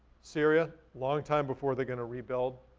syria, long time before they're gonna rebuild.